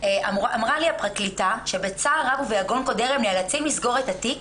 אמרה לי הפרקליטה שבצער רב וביגון קודר הם נאלצים לסגור את התיק